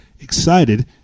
excited